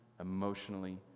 emotionally